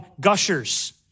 gushers